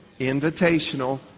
invitational